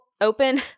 Open